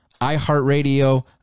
iHeartRadio